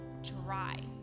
dry